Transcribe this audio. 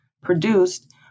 produced